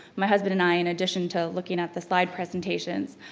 my husband and i in addition to looking at the slide presentations,